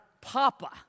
Papa